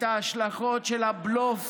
את ההשלכות של הבלוף